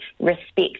respect